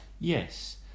Yes